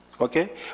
okay